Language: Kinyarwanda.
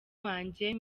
wanjye